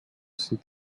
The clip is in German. sind